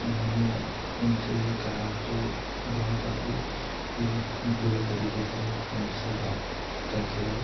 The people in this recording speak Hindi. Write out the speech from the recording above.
मैंने उनसे ये कहा तो वह काफ़ी बुरे तरीके से मुझसे बात करते रहे